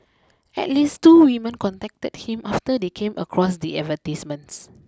at least two women contacted him after they came across the advertisements